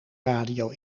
radio